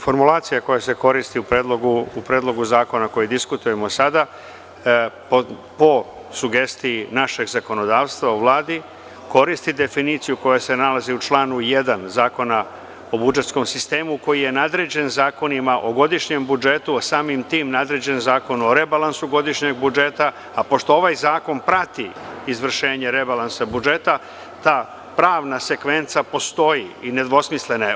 Formulacija koja se koristi u predlogu zakona koji diskutujemo sada, po sugestiji našeg zakonodavstva u Vladi, koristi definiciju koja se nalazi u članu 1. Zakona o budžetskom sistemu, koji je nadređen zakonima o godišnjem budžetu, a samim tim nadređen Zakonu o rebalansu godišnjeg budžeta, a pošto ovaj zakon prati izvršenje rebalansa budžeta, ta pravna sekvenca postoji i nedvosmislena je.